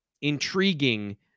intriguing